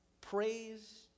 praise